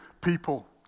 people